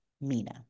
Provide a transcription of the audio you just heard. Mina